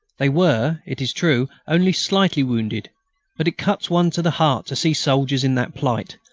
they were, it is true, only slightly wounded but it cuts one to the heart to see soldiers in that plight,